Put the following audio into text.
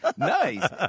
Nice